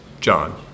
John